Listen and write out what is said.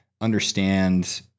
understand